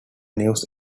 news